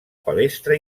palestra